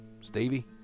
Stevie